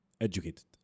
educated